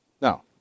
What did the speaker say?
Now